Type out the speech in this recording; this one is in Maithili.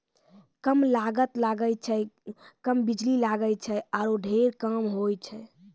कम लागत लगै छै, कम बिजली जलै छै आरो ढेर काम होय छै